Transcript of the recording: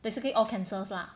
basically all cancers lah